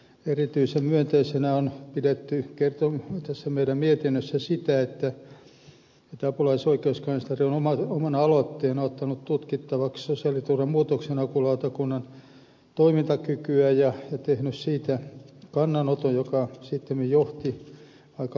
erityisen myönteisenä on pidetty tässä meidän mietinnössämme sitä että apulaisoikeuskansleri on omana aloitteena ottanut tutkittavaksi sosiaaliturvan muutoksenhakulautakunnan toimintakyvyn ja tehnyt siitä kannanoton joka sittemmin johti aika laajoihin uudistuksiin